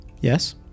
Yes